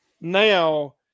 now